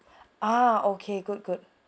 ah okay good good